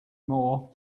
more